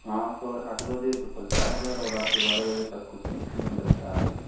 हाँ सुबह आठ बजे तो खुलता है सर और रात के बारह बजे तक खुलता बंद रहता है